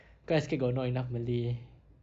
cause I scared got not enough malay